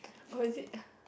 oh it is